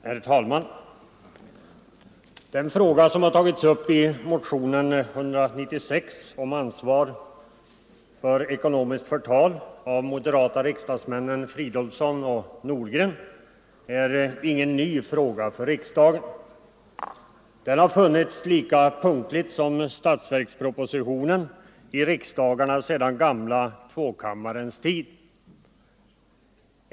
Herr talman! Den fråga om ansvar för ekonomiskt förtal som har tagits miskt förtal upp i motionen 196 av de moderata riksdagsmännen herrar Fridolfsson och Nordgren är ingen ny fråga för riksdagen. Den har kommit lika punktligt som statsverkspropositionen i riksdagarna sedan den gamla tvåkammarriksdagens tid.